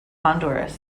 honduras